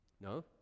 No